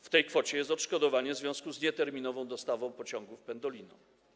W tej kwocie jest odszkodowanie w związku z nieterminową dostawą pociągów Pendolino.